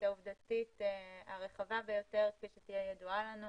העובדתית הרחבה ביותר שתהיה ידועה לנו.